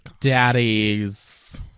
Daddies